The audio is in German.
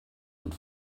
und